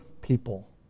people